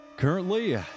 Currently